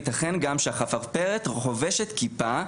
יתכן גם שהחפרפרת חובשת כיפה,